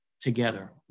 together